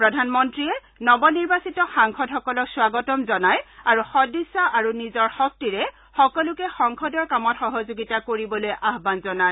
প্ৰধানমন্ৰীয়ে নৱনিৰ্বাচিত সাংসদসকলক স্বাগতম জনাই আৰু সদিছা আৰু নিজৰ শক্তিৰে সকলোকে সংসদৰ কামত সহযোগিতা কৰিবলৈ আহান জনায়